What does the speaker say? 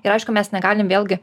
ir aišku mes negalim vėlgi